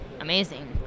amazing